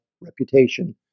reputation